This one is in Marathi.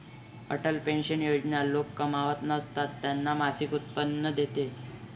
अटल पेन्शन योजना लोक कमावत नसताना त्यांना मासिक उत्पन्न देते